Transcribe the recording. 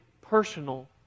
personal